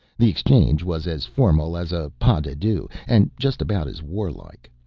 the exchange was as formal as a pas de deux and just about as warlike.